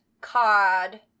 cod